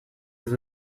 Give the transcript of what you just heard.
with